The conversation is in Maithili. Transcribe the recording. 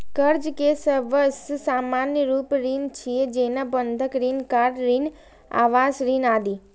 कर्ज के सबसं सामान्य रूप ऋण छियै, जेना बंधक ऋण, कार ऋण, आवास ऋण आदि